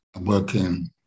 working